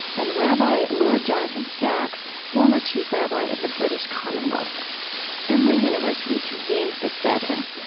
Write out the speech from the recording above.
and rabbi lord jonathan sacks, former chief rabbi of the british commonwealth emory university convened this gathering.